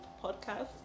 podcast